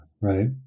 right